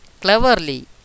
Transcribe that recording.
cleverly